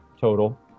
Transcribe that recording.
total